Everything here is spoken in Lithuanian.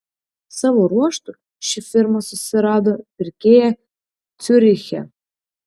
savo ruožtu ši firma susirado pirkėją ciuriche